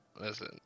Listen